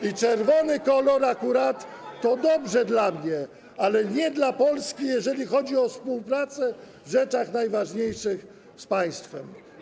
I czerwony kolor akurat to dobrze dla mnie, ale nie dla Polski, jeżeli chodzi o współpracę w rzeczach najważniejszych z państwem.